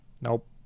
nope